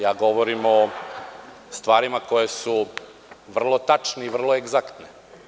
Ja govorim o stvarima koje su vrlo tačne i vrlo egzaktne.